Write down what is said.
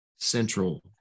central